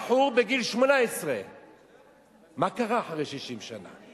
בחור בגיל 18. מה קרה אחרי 60 שנה?